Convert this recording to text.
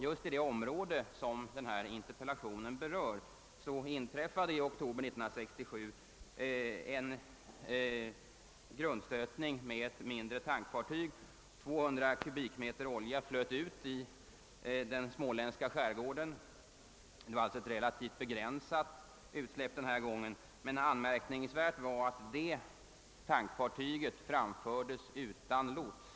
Just i det område som interpellationen gäller inträffade i oktober 1967 en grundstötning med ett mindre tankfartyg. 200 kubikmeter olja flöt ut i den småländska skärgården. Det var alltså ett relativt begränsat utsläpp som skedde den gången, men anmärkningsvärt var att tankfartyget framfördes utan lots.